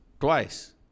twice